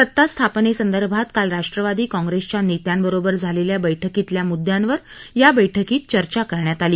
सत्ता स्थापनेसंदर्भात काल राष्ट्रवादी काँप्रेसच्या नेत्यांबरोबर झालेल्या बैठकीतल्या मुद्यांवर चर्चा करण्यात आली